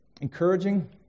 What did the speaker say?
encouraging